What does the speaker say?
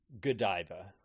Godiva